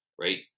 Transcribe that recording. right